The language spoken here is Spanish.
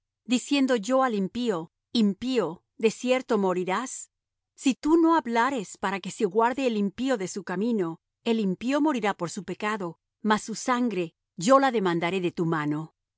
diciendo yo al impío impío de cierto morirás si tú no hablares para que se guarde el impío de su camino el impío morirá por su pecado mas su sangre yo la demandaré de tu mano